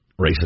racist